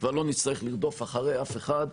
ולא נצטרך לרדוף אחרי אף אחד.